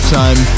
time